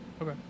okay